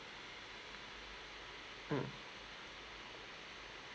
mm